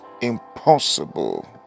impossible